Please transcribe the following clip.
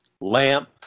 lamp